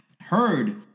heard